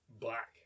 black